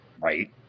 right